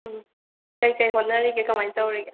ꯎꯝ ꯀꯩ ꯀꯩ ꯍꯣꯠꯅꯔꯤꯒꯦ ꯀꯃꯥꯏ ꯇꯧꯔꯤꯒꯦ